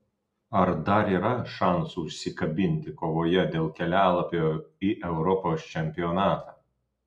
ar dar yra šansų užsikabinti kovoje dėl kelialapio į europos čempionatą